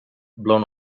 blown